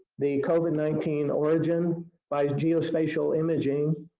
the covid nineteen origin by geospatial imaging